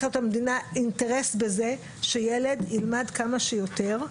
למדינה צריך להיות אינטרס שילד ילמד כמה שיותר.